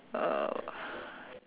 uh